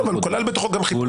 טוב, אבל הוא כלל בתוכו גם ---.